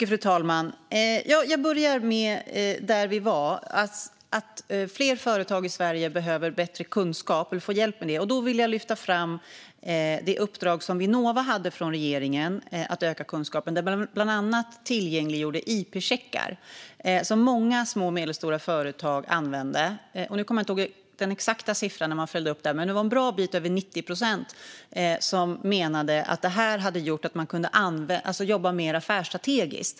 Fru talman! Fler företag i Sverige behöver få hjälp för att få bättre kunskap. Då vill jag lyfta fram det uppdrag som Vinnova hade från regeringen, bland annat tillgängliggjordes IP-checkar som många små och medelstora företag använde. Jag kommer inte ihåg den exakta siffran, men det var en bra bit över 90 procent som menade att de kunde jobba mer affärsstrategiskt.